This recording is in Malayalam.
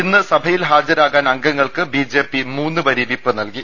ഇന്ന് സഭയിൽ ഹാജരാകാൻ അംഗങ്ങൾക്ക് ബി ജെ പി മൂന്ന് വരി വിപ്പ് നൽകി